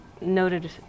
noted